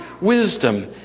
wisdom